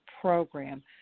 program